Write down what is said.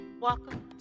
Welcome